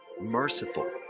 merciful